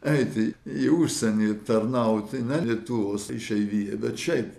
eiti į užsienį tarnauti ne lietuvos išeivijai bet šiaip